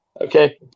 Okay